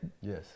Yes